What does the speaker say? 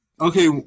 Okay